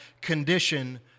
condition